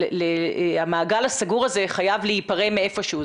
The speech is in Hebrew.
המעגל הסגור הזה חייב להיפרם איפשהו.